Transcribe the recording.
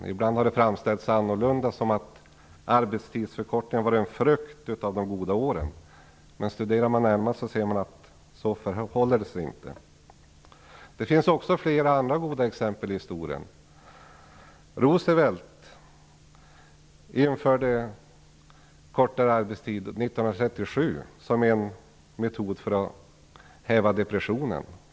Det har ibland i stället framställts som om arbetstidsförkortningen var en frukt av de goda åren, men om man studerar saken närmare ser man att det inte förhåller sig så. Det finns också flera andra goda exempel på detta i historien. Roosevelt införde kortare arbetsvecka 1937 som en metod för att häva depressionen.